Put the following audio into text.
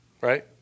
right